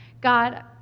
God